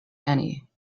any